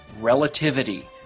relativity